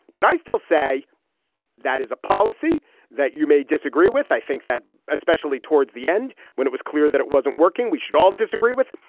but i still say that is a policy that you may disagree with. i think that especially towards the end, when it was clear that it wasn't working, we should all disagree with,